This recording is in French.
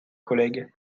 collègue